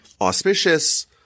auspicious